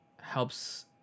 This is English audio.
helps